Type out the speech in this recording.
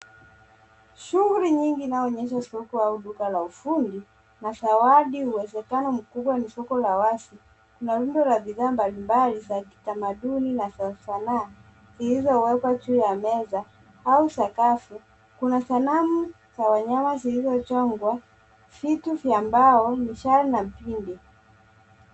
Shughuli nyingi inayoonyesha soko au duka la ufundi. Mazawadi uwezekano mkubwa ni soko la wazi. Kuna rundo la bidhaa mbali mbali za kitamaduni na za sanaa zilizowekwa juu ya meza au sakafu. Kuna sanamu za wanyama zilizochongwa, vitu vya mbao, mishale na mpinde.